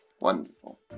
Wonderful